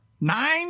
Nine